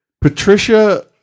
Patricia